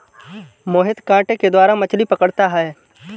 मोहित कांटे के द्वारा मछ्ली पकड़ता है